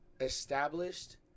established